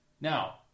Now